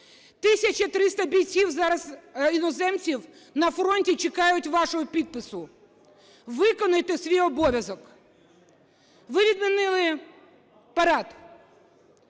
бійців зараз іноземців на фронті чекають вашого підпису, виконайте свій обов'язок. Ви відмінили парад.